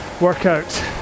workout